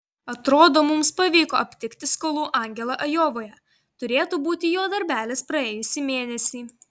atrodo mums pavyko aptikti skolų angelą ajovoje turėtų būti jo darbelis praėjusį mėnesį